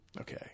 Okay